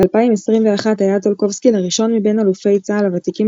ב-2021 היה טולקובסקי לראשון מבין אלופי צה"ל הוותיקים